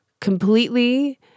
completely